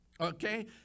Okay